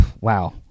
wow